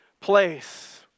place